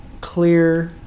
clear